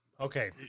Okay